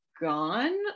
gone